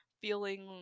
feeling